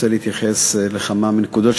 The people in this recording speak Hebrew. רוצה להתייחס לכמה מהנקודות,